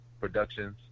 Productions